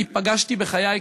אני פגשתי בחיי,